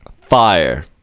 fire